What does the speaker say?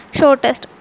shortest